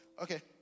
Okay